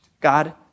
God